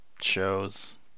shows